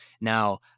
Now